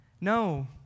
No